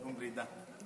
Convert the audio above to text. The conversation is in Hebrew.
נאום פרידה.